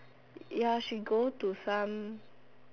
ya she go to some